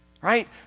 right